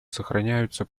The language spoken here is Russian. сохраняются